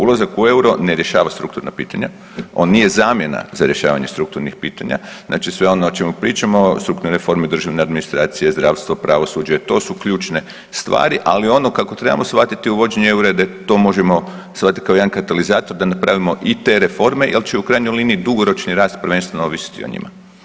Ulazak u euro ne rješava strukturna pitanja, on nije zamjena za rješavanje strukturnih pitanja, znači sve ono o čemu pričamo strukturne reforme, državne administracije, zdravstvo, pravosuđe to su ključne stvari, ali ono kako trebamo shvatiti uvođenje eura da to možemo shvatiti kao jedan katalizator da napravimo i te reforme jel će u krajnjoj liniji dugoročni rast prvenstveno ovisiti o njima.